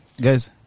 guys